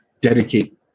dedicate